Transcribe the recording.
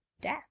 death